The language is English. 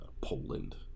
Poland